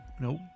Nope